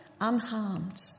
unharmed